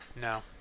No